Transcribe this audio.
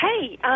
Hey